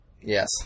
Yes